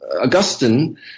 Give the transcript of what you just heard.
Augustine